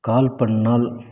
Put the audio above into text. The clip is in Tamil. கால் பண்ணால்